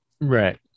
Right